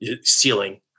ceiling